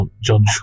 John